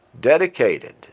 dedicated